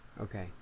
Okay